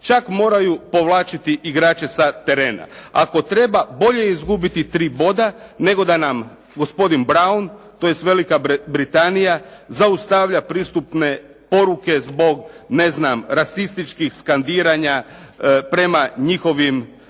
čak moraju povlačiti igrače sa terena, ako treba bolje je izgubiti tri boda nego da nam gospodin Braun, tj. Velika Britanija zaustavlja pristupne poruke zbog ne znam rasističkih skandiranja prema njihovim